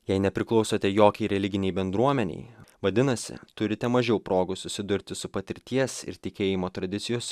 jei nepriklausote jokiai religinei bendruomenei vadinasi turite mažiau progų susidurti su patirties ir tikėjimo tradicijos